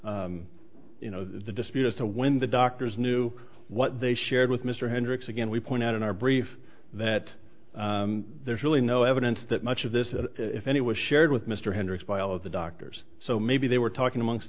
testimony you know the dispute as to when the doctors knew what they shared with mr hendricks again we point out in our brief that there's really no evidence that much of this if any was shared with mr hendricks by all of the doctors so maybe they were talking amongst